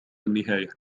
النهاية